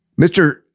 Mr